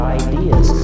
ideas